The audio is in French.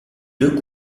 deux